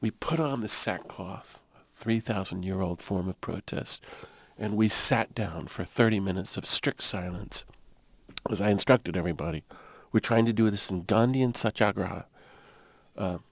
we put on the sackcloth three thousand year old form of protest and we sat down for thirty minutes of strict silence as i instructed everybody we're trying to do this and